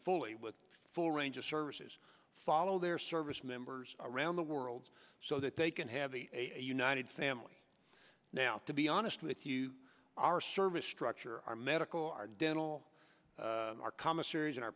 fully with the full range of services follow their service members around the world so that they can have a united family now to be honest with you our service structure our medical our dental our commissaries in our